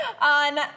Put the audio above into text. on